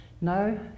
No